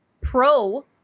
pro